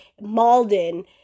Malden